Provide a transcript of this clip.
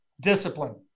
Discipline